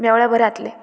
मेवळ्या बरें जातलें